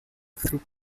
through